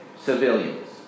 civilians